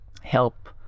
help